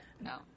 no